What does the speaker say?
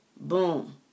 boom